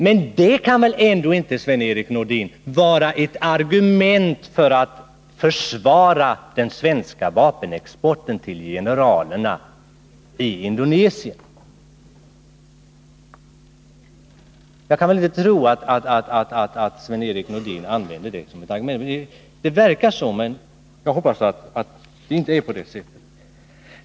Men det kan väl, Sven-Erik Nordin, ändå inte vara ett argument för att försvara den svenska vapenexporten till generalerna i Indonesien. Jag kan inte tro att Sven-Erik Nordin använder det som ett argument, trots att det faktiskt verkar så. Jag hoppas dock att det inte är på det sättet.